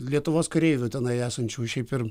lietuvos kareivių tenai esančių šiaip ir